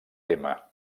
tema